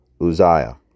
Uzziah